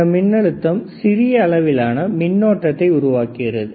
இந்த மின்னழுத்தம் சிறிய அளவிலான மின்னோட்டத்தை உருவாக்குகிறது